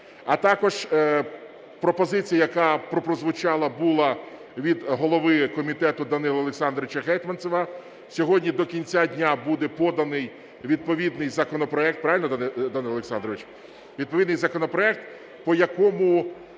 А також пропозиція, яка прозвучала була від голови комітету Данила Олександровича Гетманцева, сьогодні до кінця дня буде поданий відповідний законопроект.